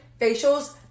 facials